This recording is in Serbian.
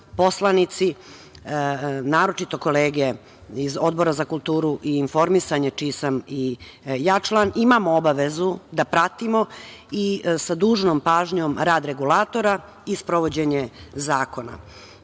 poslanici, naročito kolege iz Odbora za kulturu i informisanje, čiji sam i ja član, imamo obavezu da pratimo i sa dužnom pažnjom rad regulatora i sprovođenje zakona.